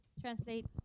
Translate